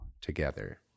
together